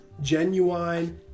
genuine